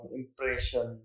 impression